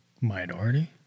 Minority